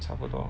差不多